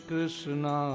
Krishna